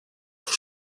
auch